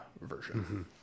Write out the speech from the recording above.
version